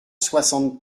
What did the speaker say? soixante